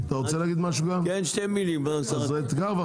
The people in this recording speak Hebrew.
כן 2 מילים בסך הכל.